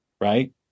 right